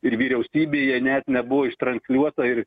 ir vyriausybėje net nebuvo ištransliuotoja ir